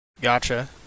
Gotcha